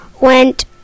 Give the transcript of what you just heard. went